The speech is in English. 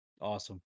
Awesome